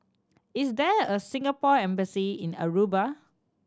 is there a Singapore Embassy in Aruba